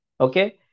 okay